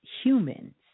humans